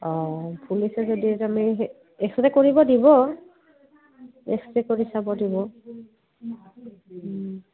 অঁ ফুলিছে যদি তুমি এক্সৰে কৰিব দিব এক্সৰে কৰি চাব দিব